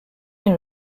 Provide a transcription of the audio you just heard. une